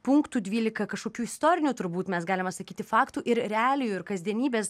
punktų dvylika kažkokių istorinių turbūt mes galima sakyti faktų ir realijų ir kasdienybės